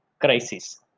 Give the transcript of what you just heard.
crisis